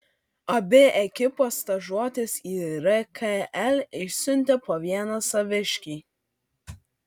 abi ekipos stažuotis į rkl išsiuntė po vieną saviškį